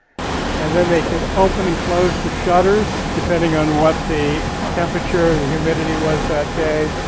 and then they could open and close the shutters depending on what the temperature, the humidity was that day.